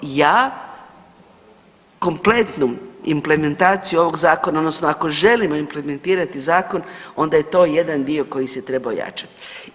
Ja kompletnu implementaciju ovog zakona odnosno ako želimo implementirati zakon onda je to jedan dio koji se treba ojačat.